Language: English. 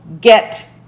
get